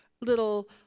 little